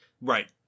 Right